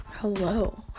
hello